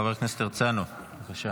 חבר הכנסת הרצנו, בבקשה.